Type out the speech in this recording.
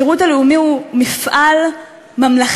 השירות הלאומי הוא מפעל ממלכתי,